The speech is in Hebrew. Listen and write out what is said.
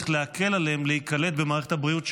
להקל עליהם להיקלט במערכת הבריאות שלנו.